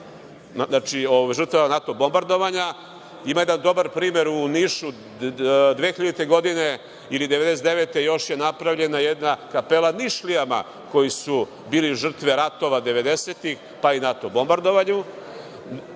žrtvama, žrtvama NATO bombardovanja. Ima jedan dobar primer u Nišu, 2000. godine ili još 1999. godine napravljena je jedna kapela Nišlijama koji su bili žrtve ratova devedesetih, pa i NATO bombardovanja.